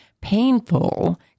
painful